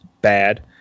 bad